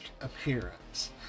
appearance